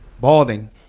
Balding